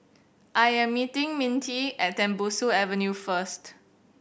I am meeting Mintie at Tembusu Avenue first